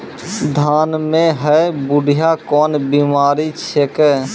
धान म है बुढ़िया कोन बिमारी छेकै?